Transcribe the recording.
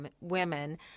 women